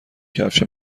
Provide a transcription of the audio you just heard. کفش